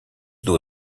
d’eau